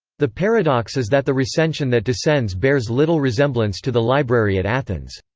the paradox is that the recension that descends bears little resemblance to the library at athens.